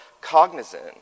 cognizant